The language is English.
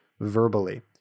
verbally